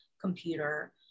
computer